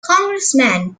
congressman